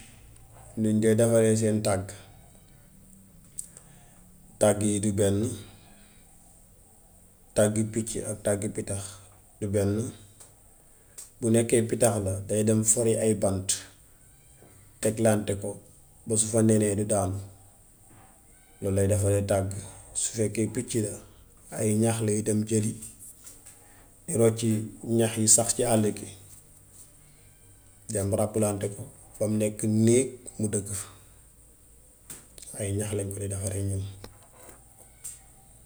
Niñ dee defaree seen tàgg, tàgg yi du benn tàggi picci ak tàggi pittax du benn. Bu nekkee pittax la day dem fori ay bant teglaante ko ba su fa nenee du daanu. Noon lay deferee tàgg. Su fekkee picci la, ay ñax lay dem jëli, rocci ñax yi sax ci àll gi dem ràbblante ko bam nekk néeg mu dëkk f. Ay ñax lañ koy defaree ñoom.